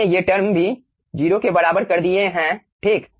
हमने ये टर्म भी 0 के बराबर कर दिए हैं ठीक